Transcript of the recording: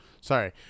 Sorry